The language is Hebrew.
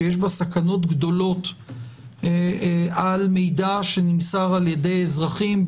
שיש בה סכנות גדולות על מידע שנמסר על ידי אזרחים,